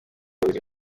buri